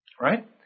Right